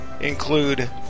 Include